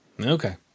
Okay